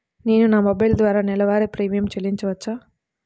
నేను నా మొబైల్ ద్వారా నెలవారీ ప్రీమియం చెల్లించవచ్చా?